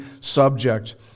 subject